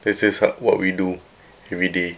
this is what we do everyday